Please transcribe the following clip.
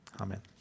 Amen